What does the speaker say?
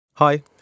Hi